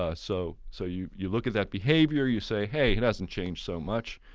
ah so so you you look at that behavior, you say hey, it hasn't changed so much.